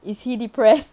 is he depressed